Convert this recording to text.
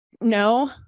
No